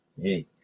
Hey